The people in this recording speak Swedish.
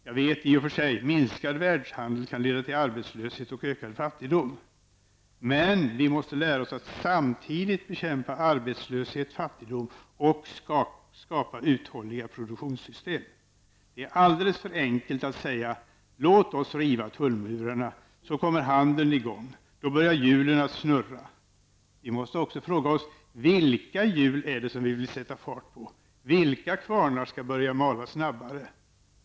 Jag vet i och för sig att minskad världshandel kan leda till arbetslöshet och ökad fattigdom, men vi måste lära oss att bekämpa arbetslöshet och fattigdom och samtidigt skapa uthålliga produktionssystem. Det är alldeles för enkelt att säga: Låt oss riva tullmurarna, så kommer handeln i gång, och då börjar hjulen snurra. Vi måste också fråga: Vilka hjul är det som vi vill sätta fart på? Vilka kvarnar skall börja mala snabbare?